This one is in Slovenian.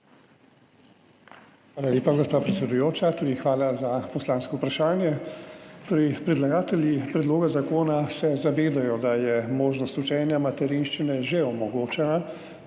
Hvala lepa, gospa predsedujoča. Tudi hvala za poslansko vprašanje. Predlagatelji predloga zakona se zavedajo, da je možnost učenja materinščine že omogočena